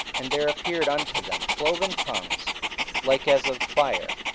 and there appeared unto them cloven tongues like as of fire,